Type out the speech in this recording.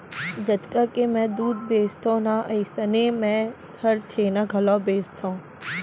जतका के मैं दूद बेचथव ना अइसनहे मैं हर छेना घलौ बेचथॅव